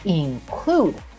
include